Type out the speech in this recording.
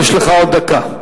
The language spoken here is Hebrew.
יש לך עוד דקה.